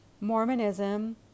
Mormonism